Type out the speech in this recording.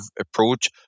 approach